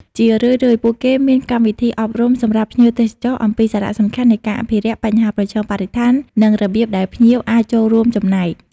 ជារឿយៗពួកគេមានកម្មវិធីអប់រំសម្រាប់ភ្ញៀវទេសចរអំពីសារៈសំខាន់នៃការអភិរក្ស បញ្ហាប្រឈមបរិស្ថាន និងរបៀបដែលភ្ញៀវអាចចូលរួមចំណែក។